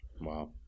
Wow